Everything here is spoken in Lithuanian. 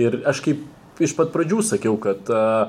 ir aš kaip iš pat pradžių sakiau kad